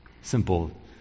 simple